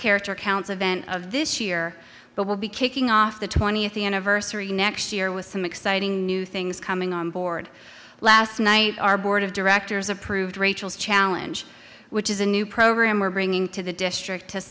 character counts event of this year but will be kicking off the twentieth anniversary next year with some exciting new things coming on board last night our board of directors approved rachel's challenge which is a new program we're bringing to the district to